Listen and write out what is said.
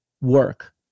work